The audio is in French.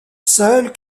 seuls